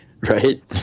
right